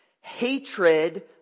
hatred